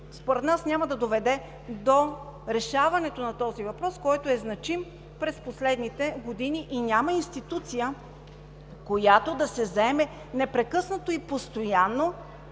според нас няма да доведе до решаването на този въпрос, който е значим през последните години и няма институция, която да се заеме непрекъснато и постоянно